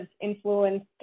influenced